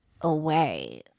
away